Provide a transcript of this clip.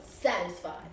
Satisfied